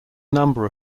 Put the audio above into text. number